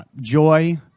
joy